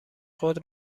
خود